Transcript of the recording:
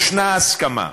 יש הסכמה,